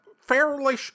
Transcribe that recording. fairly